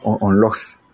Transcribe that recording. unlocks